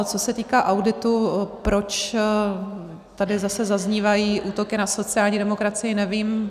Co se týká auditu, proč tady zase zaznívají útoky na sociální demokracii, nevím.